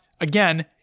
again